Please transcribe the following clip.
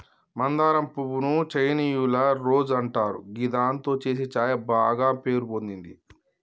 మందారం పువ్వు ను చైనీయుల రోజ్ అంటారు గిదాంతో చేసే ఛాయ బాగ పేరు పొందింది